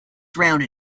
round